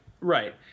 right